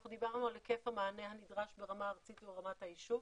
אנחנו דיברנו על היקף המענה הנדרש ברמה הארצית וברמת היישוב,